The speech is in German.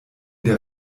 der